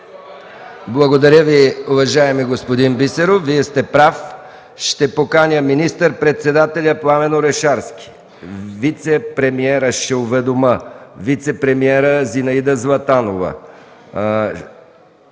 Благодаря Ви, уважаеми господин Бисеров. Вие сте прав. Ще поканя министър-председателя Пламен Орешарски, ще уведомя вицепремиера Зинаида Златанова,